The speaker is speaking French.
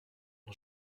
mon